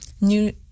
New